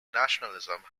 nationalism